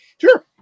Sure